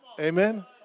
amen